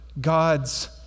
God's